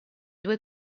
due